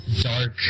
dark